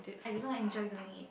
I do not enjoy doing it